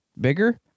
bigger